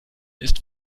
ist